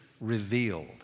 revealed